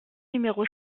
numéro